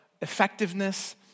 effectiveness